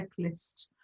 checklist